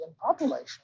population